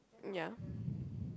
ya